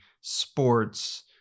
sports